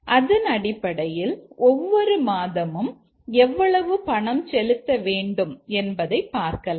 அதன் அடிப்படையில் ஒவ்வொரு மாதமும் எவ்வளவு பணம் செலுத்த வேண்டும் என்பதை பார்க்கலாம்